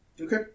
Okay